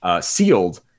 sealed